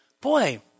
boy